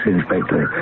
Inspector